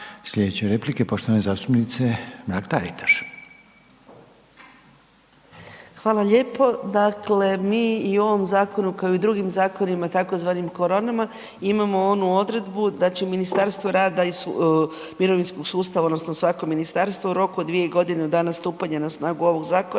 Slijedeća replika je poštovane zastupnice Mrak Taritaš. **Mrak-Taritaš, Anka (GLAS)** Hvala lijepo. Dakle, mi i u ovom zakonu kao i u drugim zakonima tzv. koronama imamo onu odredbu da će Ministarstvo rada i mirovinskog sustava odnosno svako ministarstvo u roku od 2 godine od dana stupanja na snagu ovog zakona